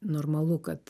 normalu kad